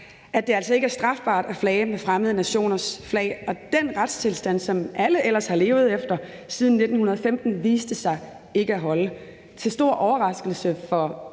at det altså ikke er strafbart at flage med fremmede nationers flag, og den retstilstand, som alle ellers har levet efter siden 1915, viste sig ikke at holde – til stor overraskelse for